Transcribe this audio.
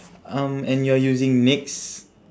um and you're using nyx